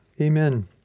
Amen